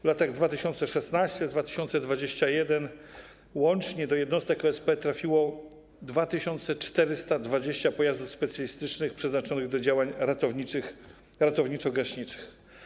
W latach 2016-2021 łącznie do jednostek OSP trafiło 2420 pojazdów specjalistycznych przeznaczonych do działań ratowniczo-gaśniczych.